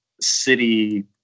city